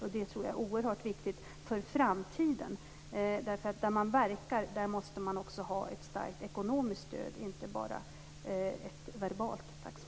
Det tror jag är oerhört viktigt för framtiden. Där man verkar måste man också ha ett starkt ekonomiskt stöd, inte bara ett verbalt stöd.